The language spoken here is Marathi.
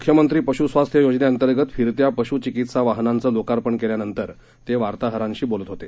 मुख्यमंत्री पशुस्वास्थ योजने अंतर्गत फिरत्या पशुंचिकित्सा वाहनांचं लोकार्पण केल्यानंतर ते वार्ताहरांशी बोलत होते